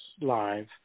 live